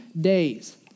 days